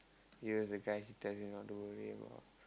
you were the guy he tell you not to worry about